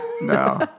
No